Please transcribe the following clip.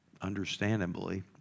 understandably